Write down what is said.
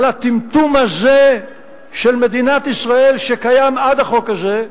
הטמטום הזה של מדינת ישראל, שקיים עד החוק הזה,